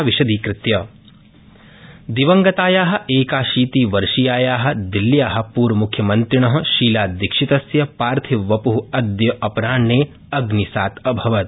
शीलादीक्षित दिवंगताया एकाशीतिवर्षीया दिल्ल्या पूर्वमुख्यमन्त्रिण शीलादीक्षितस्य पार्थिववप् अद्य अपराह्न अग्नीसाद् अभवत्